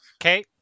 Okay